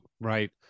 right